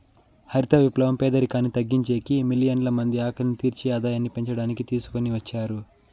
హరిత విప్లవం పేదరికాన్ని తగ్గించేకి, మిలియన్ల మంది ఆకలిని తీర్చి ఆదాయాన్ని పెంచడానికి తీసుకొని వచ్చారు